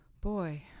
boy